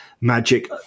magic